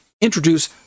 introduce